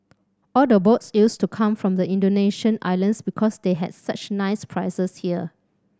all the boats used to come from the Indonesian islands because they had such nice prizes here